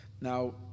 now